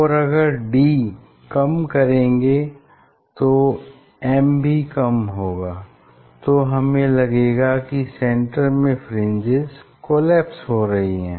और अगर d कम करेंगे तो m भी कम होगा तो हमें लगेगा की सेन्टर में फ्रिंजेस कोलैप्स हो रही हैं